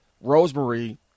Rosemary